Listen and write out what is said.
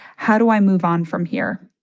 how do i move on from here?